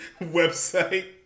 website